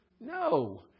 No